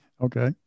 Okay